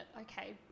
okay